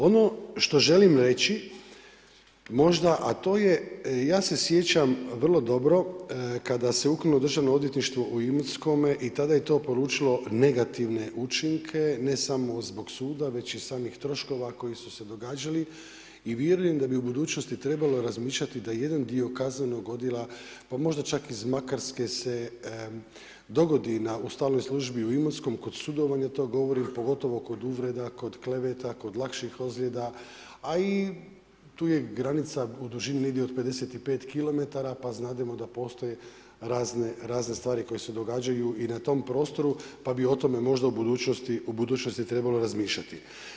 Ono što želim reći možda, a to je ja se sjećam vrlo dobro kada se ukinulo Državno odvjetništvo u Imotskome i tada je to poručilo negativne učinke ne samo zbog suda već i samih troškova koji su se događali i vjerujem da bi u budućnosti trebalo razmišljati da jedan dio kaznenog odjela pa možda čak iz Makarske se dogodi u stalnoj službi u Imotskom kod sudovanja to govorim, pogotovo kod uvreda, kod kleveta, kod lakših ozljeda, a i tu je granica u dužini negdje od 55km pa znamo da postoje razne stvari koje se događaju i na tom prostoru pa bi o tome možda u budućnosti trebalo razmišljati.